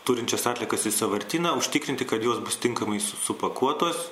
turinčias atliekas į sąvartyną užtikrinti kad jos bus tinkamai su supakuotos